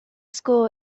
school